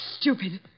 stupid